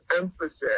emphasis